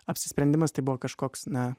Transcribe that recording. apsisprendimas tai buvo kažkoks na